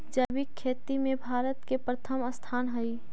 जैविक खेती में भारत के प्रथम स्थान हई